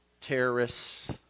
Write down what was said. terrorists